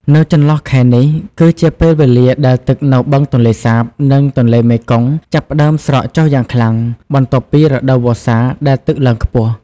នៅចន្លោះខែនេះគឺជាពេលវេលាដែលទឹកនៅបឹងទន្លេសាប និងទន្លេមេគង្គចាប់ផ្តើមស្រកចុះយ៉ាងខ្លាំង បន្ទាប់ពីរដូវវស្សាដែលទឹកឡើងខ្ពស់។